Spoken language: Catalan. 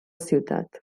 ciutat